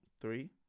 three